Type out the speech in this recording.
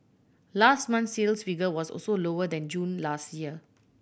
last month's sales figure was also lower than June last year